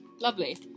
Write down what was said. Lovely